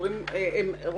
אומרים: "חאפרים, חאפרים".